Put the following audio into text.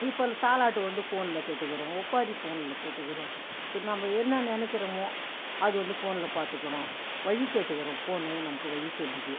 இப்போ தாலாட்டு வந்து ஃபோனில் கேட்டுக்கிறோம் ஒப்பாரி ஃபோனில் கேட்டுக்கிறோம் இ நம்ம என்னா நினைக்கிறோமோ அது வந்து ஃபோனில் பார்த்துக்குறோம் வழி கேட்டுக்கிறோம் ஃபோனு நமக்கு வழி சொல்லுது